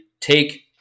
take